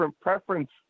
preference